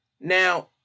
Now